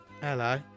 Hello